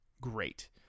Great